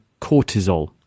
cortisol